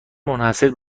منحصر